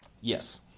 Yes